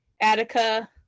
attica